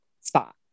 spot